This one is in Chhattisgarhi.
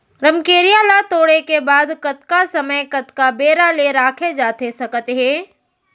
रमकेरिया ला तोड़े के बाद कतका समय कतका बेरा ले रखे जाथे सकत हे?